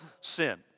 sin